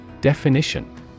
Definition